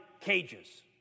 cages